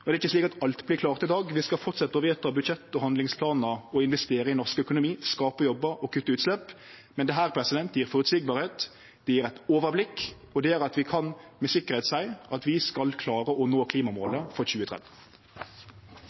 det er ikkje slik at alt vert klart i dag. Vi skal fortsetje å vedta budsjett og handlingsplanar og investere i norsk økonomi, skape jobbar og kutte utslepp. Men dette gjev føreseielegheit, det gjev eit overblikk, og det gjer at vi med sikkerheit kan seie at vi skal klare å nå klimamåla for 2030.